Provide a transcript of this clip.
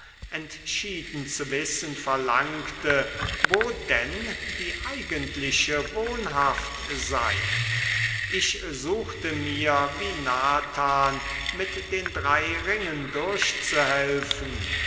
entschieden zu wissen verlangte wo denn die eigentliche wohnhaft sei ich suchte mir wie nathan mit den drei ringen durchzuhelfen